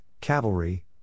Cavalry